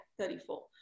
34